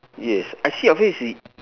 yes I see your face is